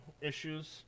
issues